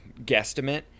guesstimate